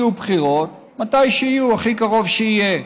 יהיו בחירות מתי שיהיו, הכי קרוב שיהיה.